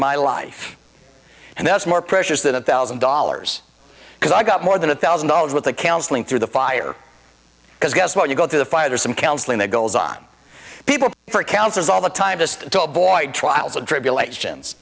my life and that's more precious than a thousand dollars because i got more than a thousand dollars worth of counseling through the fire because guess what you go through the fire some counseling that goes on people for counsellors all the time just to avoid trials and tribulations